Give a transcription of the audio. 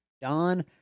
Don